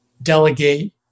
delegate